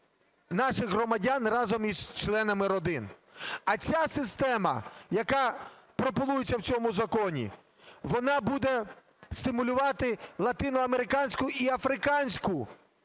наших громадян разом із членами родин. А ця система, яка пропонується в цьому законі, вона буде стимулювати латиноамериканську і африканську